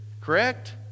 Correct